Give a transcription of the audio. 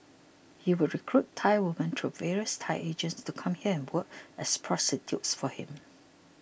he would recruit Thai women through various Thai agents to come here and work as prostitutes for him